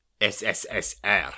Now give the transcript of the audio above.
SSSR